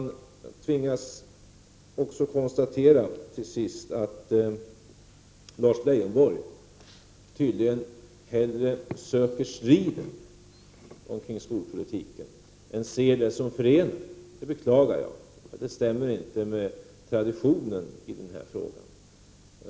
Jag tvingas också konstatera att Lars Leijonborg tydligen hellre söker strid omkring skolpolitiken än ser det som förenar. Det beklagar jag. Det stämmer inte med traditionen i denna fråga.